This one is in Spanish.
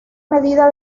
medida